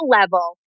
level